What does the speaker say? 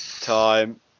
time